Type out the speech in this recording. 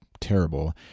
terrible